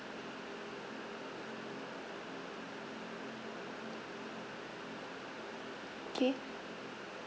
K